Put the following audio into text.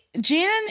Jan